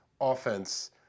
offense